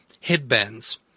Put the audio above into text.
headbands